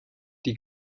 die